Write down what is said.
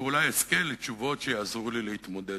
ואולי אזכה לתשובות שיעזרו לי להתמודד.